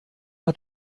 hat